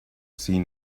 seen